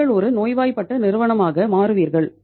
நீங்கள் ஒரு நோய்வாய்ப்பட்ட நிறுவனமாக மாறுவீர்கள்